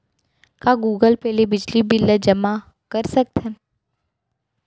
का Google Pay ले बिजली बिल ल जेमा कर सकथन?